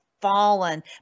fallen